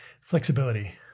flexibility